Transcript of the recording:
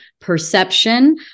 perception